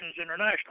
International